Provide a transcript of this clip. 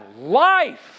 life